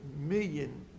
million